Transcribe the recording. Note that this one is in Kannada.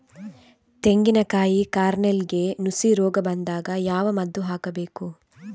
ತೆಂಗಿನ ಕಾಯಿ ಕಾರ್ನೆಲ್ಗೆ ನುಸಿ ರೋಗ ಬಂದಾಗ ಯಾವ ಮದ್ದು ಹಾಕಬೇಕು?